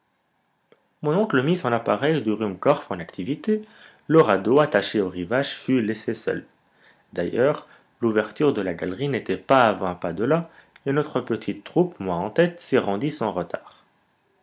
mon oncle mit son appareil de ruhmkorff en activité le radeau attaché au rivage fut laissé seul d'ailleurs l'ouverture de la galerie n'était pas à vingt pas de là et notre petite troupe moi en tête s'y rendit sans retard